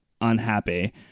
unhappy